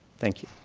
thank you.